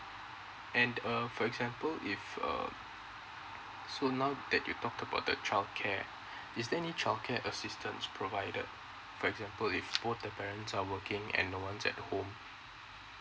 and uh for example if uh so now that you talk about the childcare is there any childcare assistance provided for example if both the parents are working and no one's at home